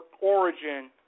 origin